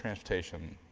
transportation,